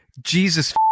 Jesus